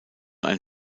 ein